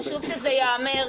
חשוב שזה ייאמר,